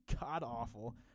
god-awful